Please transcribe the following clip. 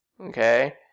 okay